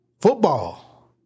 football